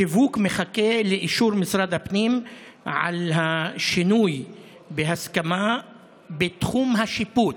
השיווק מחכה לאישור משרד הפנים על שינוי בהסכמה בתחום השיפוט,